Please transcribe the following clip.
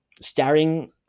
staring